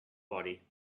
body